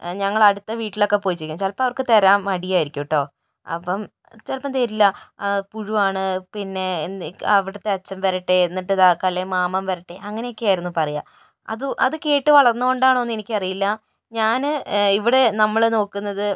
ഞങ്ങൾ അടുത്ത വീട്ടിലൊക്കെ പോയി ചോദിക്കും ചിലപ്പോൾ അവർക്ക് തരാൻ മടി ആയിരിക്കും കേട്ടോ അപ്പോൾ ചിലപ്പോൾ തരില്ല പുഴുവാണ് പിന്നെ അവിടുത്തെ അച്ഛൻ വരട്ടെ എന്നിട്ട് ഇതാക്കാം അല്ലെങ്കിൽ മാമൻ വരട്ടെ അങ്ങനെയൊക്കെയായിരുന്നു പറയുക അതു അത് കേട്ട് വളർന്നത് കൊണ്ടാണോ എന്ന് എനിക്കറിയില്ല ഞാൻ ഇവിടെ നമ്മൾ നോക്കുന്നത്